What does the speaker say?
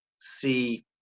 see